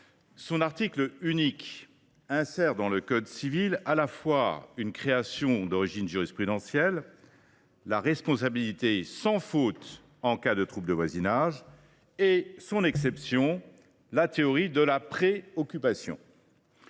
Son article unique insère dans le code civil à la fois une création d’origine jurisprudentielle, à savoir la responsabilité sans faute en cas de trouble anormal de voisinage, et son exception, la théorie de la pré occupation.